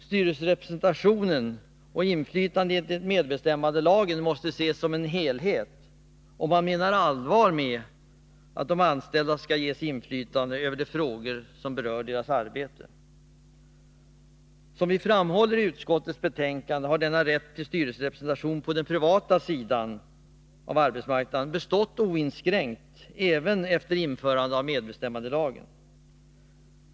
Styrelserepresentation och inflytande enligt medbestämmandelagen måste ses som en helhet, om man menar allvar med att de anställda skall ges inflytande över frågor som berör deras arbete. Som vi framhåller i utskottets betänkande har denna rätt till styrelserepresentation på den privata sidan av arbetsmarknaden bestått oinskränkt även efter införande av medbestämmandelagen.